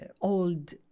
old